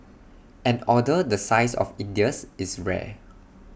an order the size of India's is rare